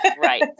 Right